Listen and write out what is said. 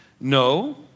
No